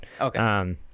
Okay